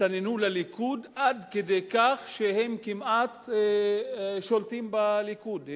הסתננו לליכוד, עד כדי כך שהם כמעט שולטים בליכוד.